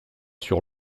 sur